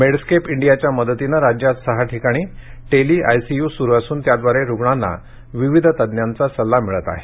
made स्केप इंडियाच्या मदतीनं राज्यात सहा ठिकाणी टेली आयसीयू सुरू असून त्यांद्वारे रुग्णांना विविध तज्ञांचा सल्ला मिळत आहे